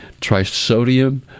trisodium